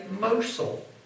Mosul